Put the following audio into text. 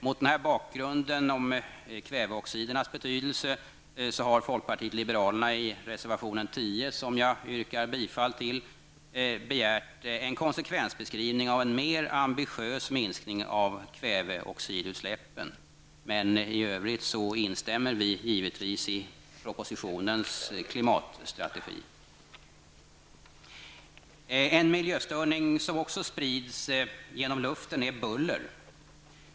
Mot den här bakgrunden har folkpartiet liberalerna i reservation 10, som jag yrkar bifall till, begärt en konsekvensbeskrivning av en mer ambitiös minskning av kväveoxidutsläppen, men instämmer i övrigt givetvis i propositionens klimatstrategi, En miljöstörning som också sprids genom luften är buller.